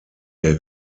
der